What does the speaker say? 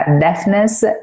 deafness